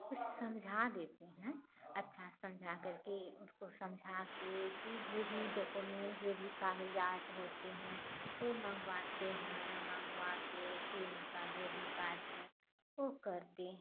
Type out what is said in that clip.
उसे समझा देते हैं अच्छे से समझा करके उसको समझाकर फिर जो भी डॉक्यूमेन्ट जो भी कागज़ात होते हैं वह मँगवाते हैं मँगवाकर फिर उनका जो भी कार्य है वह करते हैं